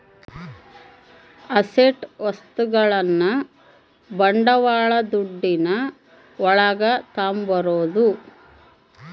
asset ವಸ್ತುಗಳನ್ನ ಬಂಡವಾಳ ದುಡ್ಡಿನ ಒಳಗ ತರ್ಬೋದು